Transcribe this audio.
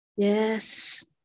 Yes